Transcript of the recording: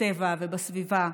בטבע ובסביבה,